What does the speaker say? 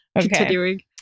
continuing